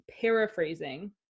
paraphrasing